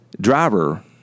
driver